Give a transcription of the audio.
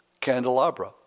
candelabra